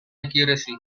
accuracy